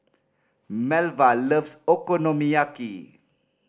Melva loves Okonomiyaki